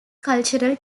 cultural